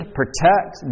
protect